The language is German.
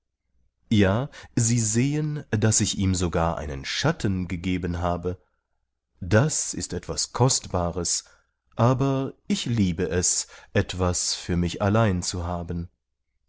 ja sie sehen daß ich ihm sogar einen schatten gegeben habe das ist etwas kostbares aber ich liebe es etwas für mich allein zu haben